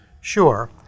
Sure